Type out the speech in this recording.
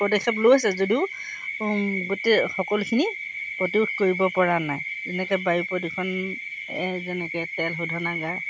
পদক্ষেপ লৈছে যদিও গোটেই সকলোখিনি প্ৰতিৰোধ কৰিব পৰা নাই যেনেকৈ বায়ু প্ৰদূষণ যেনেকৈ তেল শোধনাগাৰ